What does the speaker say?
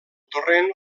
torrent